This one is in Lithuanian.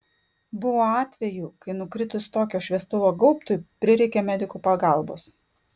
buvo atvejų kai nukritus tokio šviestuvo gaubtui prireikė medikų pagalbos